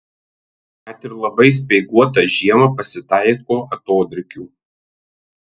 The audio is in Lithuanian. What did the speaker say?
net ir labai speiguotą žiemą pasitaiko atodrėkių